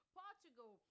portugal